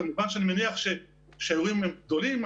כמובן אני מניח שכאשר האירועים גדולים,